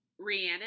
Rihanna